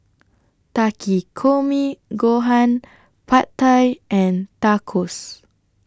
Takikomi Gohan Pad Thai and Tacos